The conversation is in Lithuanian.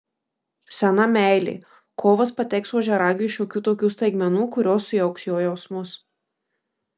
sena meilė kovas pateiks ožiaragiui šiokių tokių staigmenų kurios sujauks jo jausmus